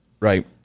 Right